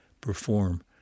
perform